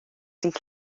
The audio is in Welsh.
dydd